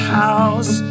house